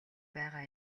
байгаа